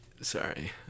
Sorry